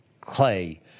Clay